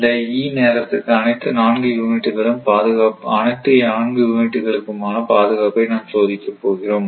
இந்த E நேரத்துக்கு அனைத்து 4 யூனிட் களுக்குமான பாதுகாப்பை நாம் சாதிக்கப் போகிறோம்